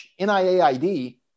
NIAID